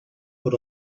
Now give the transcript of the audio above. por